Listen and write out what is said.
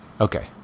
Okay